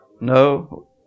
No